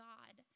God